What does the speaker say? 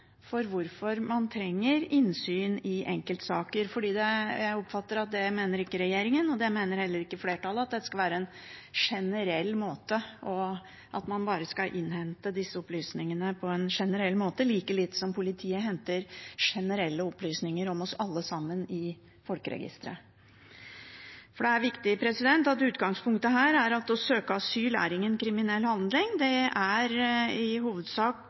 for hvorfor man trenger innsyn i enkeltsaker. Jeg oppfatter det slik at ikke regjeringen og heller ikke flertallet mener at man bare skal innhente disse opplysningene på en generell måte, like lite som politiet henter generelle opplysninger om oss alle i folkeregisteret. Det er viktig at utgangspunktet her er at å søke asyl er ingen kriminell handling. Det er i hovedsak